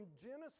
Genesis